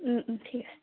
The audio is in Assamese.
ঠিক আছে